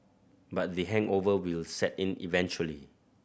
but the hangover will set in eventually